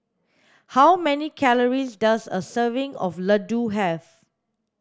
how many calories does a serving of laddu have